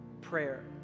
prayer